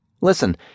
Listen